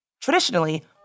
Traditionally